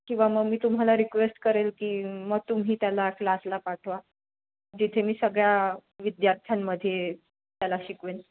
किंवा मग मी तुम्हाला रिक्वेस्ट करेल की मग तुम्ही त्याला क्लासला पाठवा जिथे मी सगळ्या विद्यार्थ्यांमध्ये त्याला शिकवेन